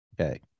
okay